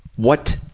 what